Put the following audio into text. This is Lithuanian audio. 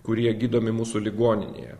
kurie gydomi mūsų ligoninėje